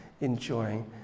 enjoying